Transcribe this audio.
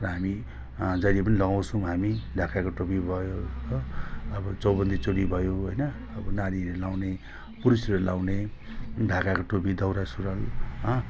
र हामी जहिले पनि लगाउँछौँ हामी ढाकाको टोपी भयो हो अब चौबन्दी चोलो भयो होइन अब नारीहरूले लगाउने पुरुषहरूले लगाउने ढाकाको टोपी दौरा सुरुवाल